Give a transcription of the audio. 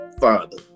father